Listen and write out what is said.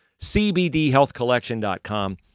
CBDHealthCollection.com